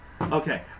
Okay